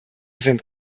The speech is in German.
sind